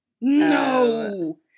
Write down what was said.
no